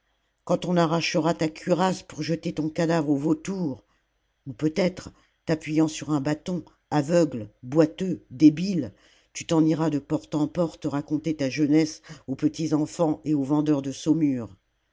quand on arrachera ta cuirasse pour jeter ton cadavre aux vautours ou peut-être t'appuyant sur un bâton aveugle boiteux débile tu t'en iras de porte en porte raconter ta jeunesse aux petits enfants et aux vendeurs de saumure